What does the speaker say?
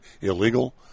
illegal